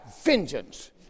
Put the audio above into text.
vengeance